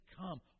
come